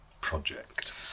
project